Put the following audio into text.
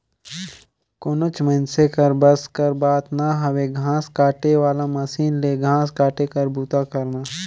कोनोच मइनसे कर बस कर बात ना हवे घांस काटे वाला मसीन ले घांस काटे कर बूता करना